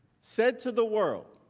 said to the world,